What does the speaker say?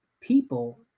people